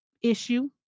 issue